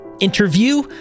interview